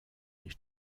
nicht